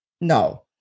No